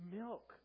milk